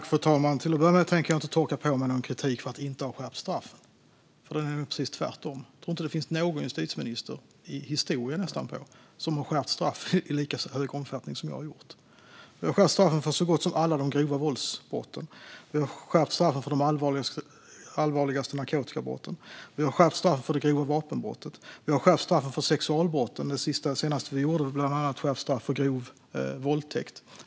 Fru talman! Till att börja med tänker jag inte torka på mig någon kritik för att inte ha skärpt straffen. Det är nämligen precis tvärtom. Jag tror inte att det finns någon justitieminister - i historien, nästan - som har skärpt straff i lika stor omfattning som jag har gjort. Vi har skärpt straffen för så gott som alla de grova våldsbrotten. Vi har skärpt straffen för de allvarligaste narkotikabrotten. Vi har skärpt straffet för det grova vapenbrottet. Vi har skärpt straffen för sexualbrotten. Det senaste vi gjorde var att skärpa straffen för bland annat grov våldtäkt.